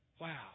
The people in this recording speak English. wow